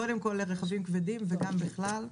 קודם כל לרכבים כבדים וגם בכלל.